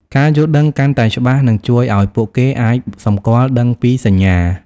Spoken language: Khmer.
ការយល់ដឹងកាន់តែច្បាស់នឹងជួយឲ្យពួកគេអាចសម្គាល់ដឹងពីសញ្ញា។